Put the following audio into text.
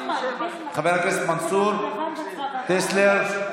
חבר הכנסת מנסור, טסלר,